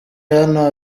hano